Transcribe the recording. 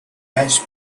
has